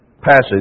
passage